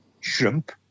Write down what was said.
shrimp